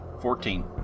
Fourteen